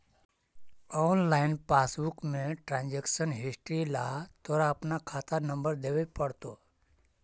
online passbook में transaction history ला तोरा अपना खाता नंबर देवे पडतो